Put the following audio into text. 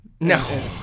No